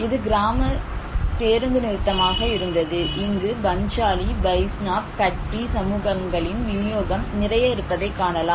இது கிராம பேருந்து நிறுத்தமாக இருந்தது இங்கு பன்ஷாலி பைஷ்நாப் கட்பி சமூகங்களின் விநியோகம் நிறைய இருப்பதைக் காணலாம்